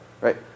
right